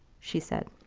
she said.